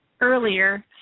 earlier